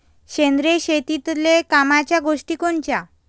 सेंद्रिय शेतीतले कामाच्या गोष्टी कोनच्या?